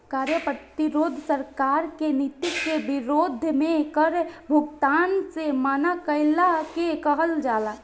कार्य प्रतिरोध सरकार के नीति के विरोध में कर भुगतान से मना कईला के कहल जाला